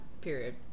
Period